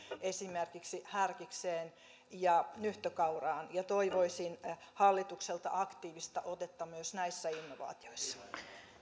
esimerkiksi härkikseen ja nyhtökauraan ja toivoisin hallitukselta aktiivista otetta myös näissä innovaatioissa